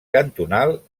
cantonal